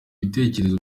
bitekerezo